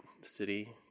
city